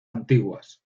antiguas